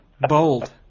bold